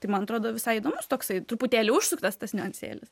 tai man atrodo visai įdomus toksai truputėlį užsuktas tas niuansėlis